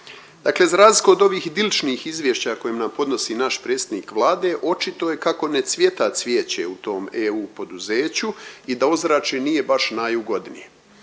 Dakle za razliku od ovih idiličnih izvješća koje nam podnosi naš predsjednik Vlade očito je kako ne cvijeta cvijeće u tom EU poduzeću i da ozračje nije baš najugodnije.